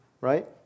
right